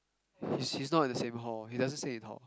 he's he's not in the same hall he doesn't stay in hall